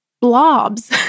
blobs